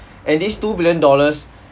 and these two billion dollars